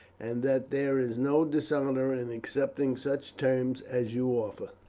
and that there is no dishonour in accepting such terms as you offer.